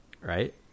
right